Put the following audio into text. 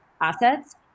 assets